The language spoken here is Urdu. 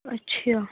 اچھا